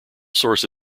source